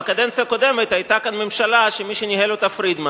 בקדנציה הקודמת היתה כאן ממשלה שמי שניהל אותה הוא פרידמן,